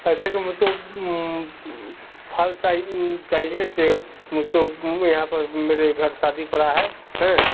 ऐसा की हम उसको फल सा चाहिए सेब मुझको यहाँ पर मेरे घर शादी पड़ा है है